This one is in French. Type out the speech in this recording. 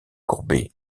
courbet